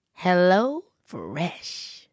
HelloFresh